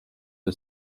are